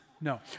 No